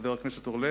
חבר הכנסת אורלב,